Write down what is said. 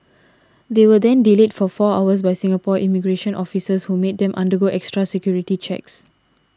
they were then delayed for four hours by Singapore immigration officials who made them undergo extra security checks